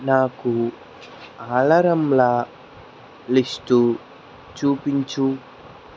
నాకు అలారంల లిస్టు చూపించు